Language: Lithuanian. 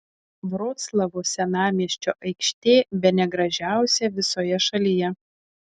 vroclavo senamiesčio aikštė bene gražiausia visoje šalyje